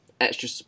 extra